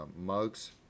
mugs